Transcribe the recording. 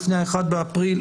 לפני ה-1 אפריל,